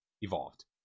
evolved